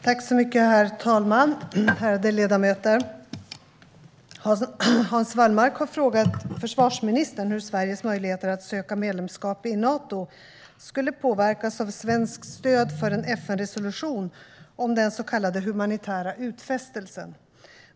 Herr talman! Ärade ledamöter! Hans Wallmark har frågat försvarsministern hur Sveriges möjligheter att söka medlemskap i Nato skulle påverkas av svenskt stöd för en FN-resolution om den så kallade humanitära utfästelsen.